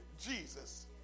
Jesus